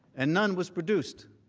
and none was produced,